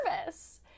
service